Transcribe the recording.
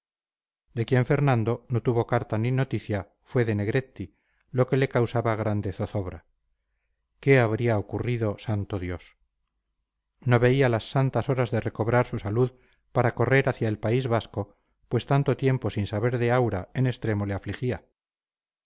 de quien fernando no tuvo carta ni noticia fue de negretti lo que le causaba grande zozobra qué habría ocurrido santo dios no veía las santas horas de recobrar su salud para correr hacia el país vasco pues tanto tiempo sin saber de aura en extremo le afligía